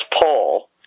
Paul